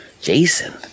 Jason